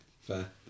fair